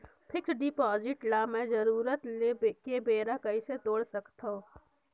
Fixed deposit ल मैं जरूरत के बेरा कइसे तोड़ सकथव?